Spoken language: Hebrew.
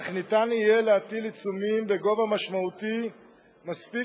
אך יהיה אפשר להטיל עיצומים בגובה משמעותי מספיק